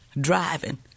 driving